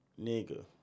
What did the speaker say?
nigga